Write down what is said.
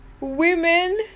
women